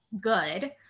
good